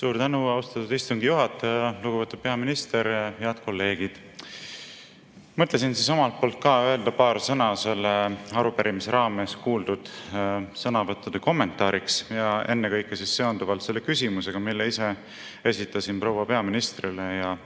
Suur tänu, austatud istungi juhataja! Lugupeetud peaminister! Head kolleegid! Mõtlesin omalt poolt ka öelda paar sõna selle arupärimise raames kuuldud sõnavõttude kommentaariks, ennekõike seonduvalt selle küsimusega, mille ise esitasin proua peaministrile, ja